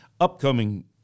Upcoming